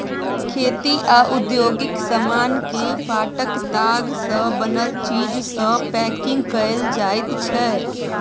खेती आ औद्योगिक समान केँ पाटक ताग सँ बनल चीज सँ पैंकिग कएल जाइत छै